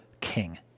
king